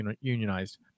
unionized